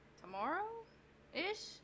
tomorrow-ish